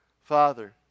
Father